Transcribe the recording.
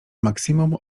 maksimum